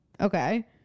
okay